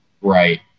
Right